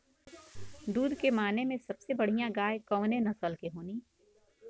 दुध के माने मे सबसे बढ़ियां गाय कवने नस्ल के होली?